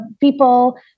people